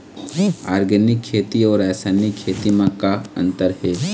Organic खेती अउ रासायनिक खेती म का अंतर हे?